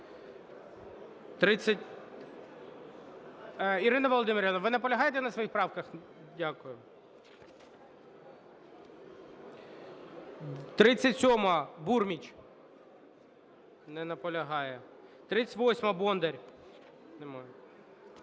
Ірина Володимирівна, ви наполягаєте на своїх правках? Дякую. 37-а, Бурміч. Не наполягає. 38-а, Бондар.